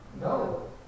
No